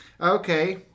okay